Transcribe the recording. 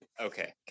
okay